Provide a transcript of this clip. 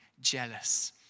jealous